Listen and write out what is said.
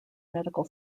medical